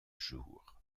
jours